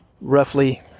roughly